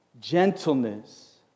gentleness